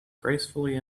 gracefully